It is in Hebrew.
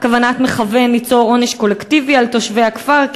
כוונת מכוון ליצור עונש קולקטיבי על תושבי הכפר?